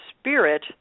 spirit